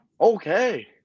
Okay